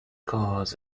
cars